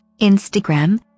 Instagram